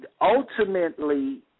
Ultimately